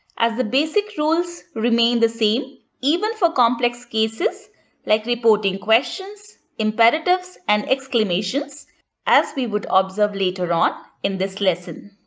as the basic rules remain the same even for complex cases like reporting questions, imperatives, and exclamations as we would observe later on in this lesson.